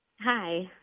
Hi